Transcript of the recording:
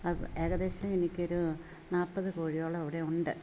അത് ഏകദേശം എനിക്ക് ഒരു നാൽപ്പത് കോഴിയോളം അവിടെ ഉണ്ട്